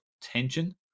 tension